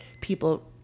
people